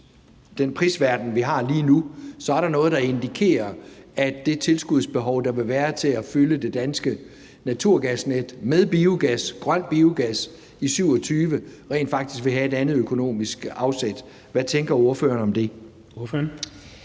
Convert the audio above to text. det prisniveau, vi har lige nu, så er der noget, der indikerer, at det tilskudsbehov, der vil være i forbindelse med at fylde det danske naturgasnet med biogas, grøn biogas, i 2027, rent faktisk vil have et andet økonomisk afsæt. Hvad tænker ordføreren om det?